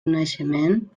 naixement